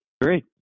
Great